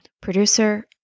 producer